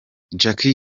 jackie